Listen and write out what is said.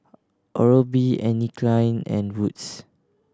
Oral B Anne Klein and Wood's